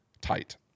tight